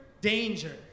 danger